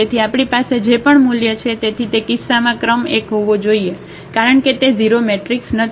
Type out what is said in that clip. તેથી આપણી પાસે જે પણ મૂલ્ય છે તેથી તે કિસ્સામાં ક્રમ 1 હોવો જોઈએ કારણ કે તે 0 મેટ્રિક્સ નથી